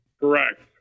Correct